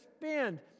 spend